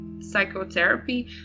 psychotherapy